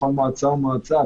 בכל מועצה ומועצה,